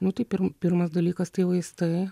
nu taip pirm pirmas dalykas tai vaistai